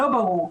לא ברור.